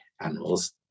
animals